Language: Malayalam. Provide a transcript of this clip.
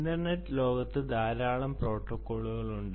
ഇന്റർനെറ്റ് ലോകത്ത് ധാരാളം പ്രോട്ടോക്കോളുകൾ ഉണ്ട്